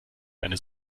eine